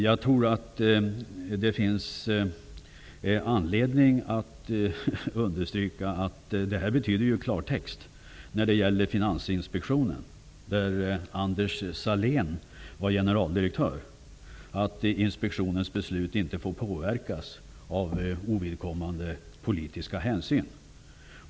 Jag tror att det finns anledning att understryka att detta i klartext betyder, när det gäller Finansinspektionen där Anders Sahlén var generaldirektör, att inspektionens beslut inte får påverkas av ovidkommande politiska hänsyn.